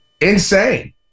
insane